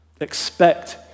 Expect